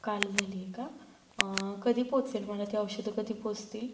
काल झाली आहे का कधी पोचेल मला ती औषधं कधी पोचतील